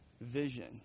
vision